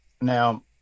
Now